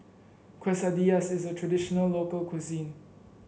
quesadillas is a traditional local cuisine